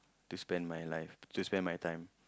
to spend my life to spend my time